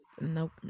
Nope